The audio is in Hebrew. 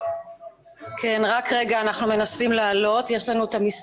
אנחנו נעבור הלאה.